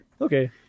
Okay